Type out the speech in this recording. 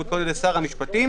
המותקנות על-ידי שר המשפטים.